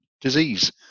disease